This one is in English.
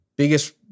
Biggest